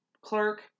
clerk